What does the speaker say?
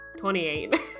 28